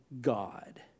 God